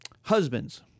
Husbands